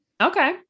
Okay